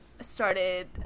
started